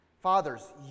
fathers